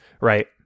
right